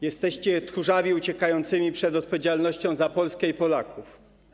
Jesteście tchórzami uciekającymi przed odpowiedzialnością za Polskę i Polaków.